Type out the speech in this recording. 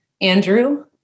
Andrew